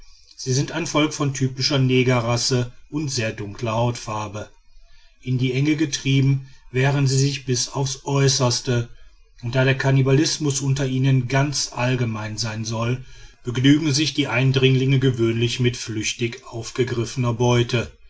sie sind ein volk von typischer negerrasse und sehr dunkler hautfarbe in die enge getrieben wehren sie sich bis aufs äußerste und da der kannibalismus unter ihnen ganz allgemein sein soll begnügen sich die eindringlinge gewöhnlich mit flüchtig aufgegriffener beute